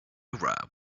arab